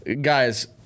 guys